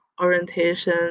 orientation